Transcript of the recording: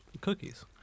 cookies